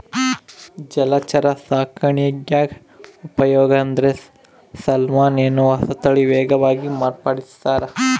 ಜಲಚರ ಸಾಕಾಣಿಕ್ಯಾಗ ಉಪಯೋಗ ಅಂದ್ರೆ ಸಾಲ್ಮನ್ ಎನ್ನುವ ಹೊಸತಳಿ ವೇಗವಾಗಿ ಮಾರ್ಪಡಿಸ್ಯಾರ